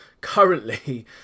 currently